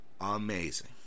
amazing